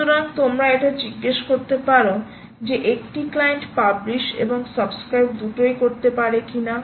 সুতরাং তোমরা এটা জিজ্ঞেস করতে পারো যে একটি ক্লায়েন্ট পাবলিশ এবং সাবস্ক্রাইব দুটোই করতে পারে কিনা